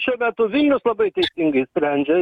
šiuo metu vilnius labai teisingai sprendžia